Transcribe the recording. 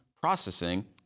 processing